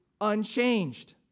unchanged